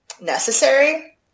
necessary